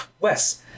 Wes